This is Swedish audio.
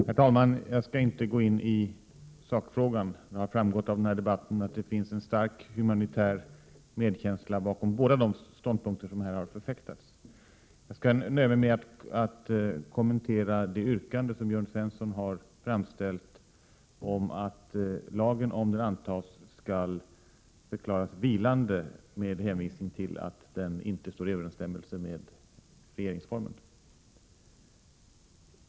Herr talman! Jag skall inte gå in i sakfrågan. Det har framgått av debatten att det finns en stark humanitär medkänsla bakom båda de ståndpunkter som här har förfäktats. Jag skall nöja mig med att kommentera det yrkande som Jörn Svensson har framställt om att lagen, ifall den antas, skall förklaras vilande med hänvisning till att den inte står i överensstämmelse med regeringsformen.